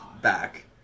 back